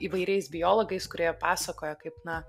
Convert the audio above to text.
įvairiais biologais kurie pasakoja kaip na